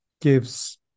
gives